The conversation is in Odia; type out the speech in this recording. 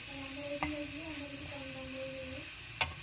ତା'ହେଲେ ଆମର ଏଇଠୁ ନେଇଯିବେ ଆମର ଏଇଠି କମ୍ ଦାମରେ ମିଳିବ